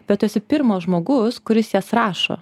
bet tu esi pirmas žmogus kuris jas rašo